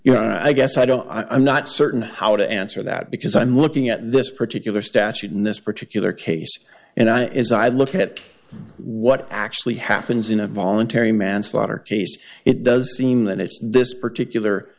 know i guess i don't i'm not certain how to answer that because i'm looking at this particular statute in this particular case and i as i look at what actually happens in a voluntary manslaughter case it does seem that it's this particular